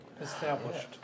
established